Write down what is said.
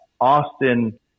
austin